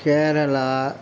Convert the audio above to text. Kerala